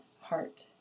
heart